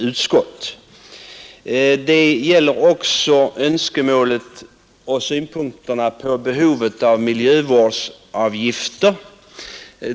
Detta gäller också synpunkterna på behovet av miljövårdsavgifter.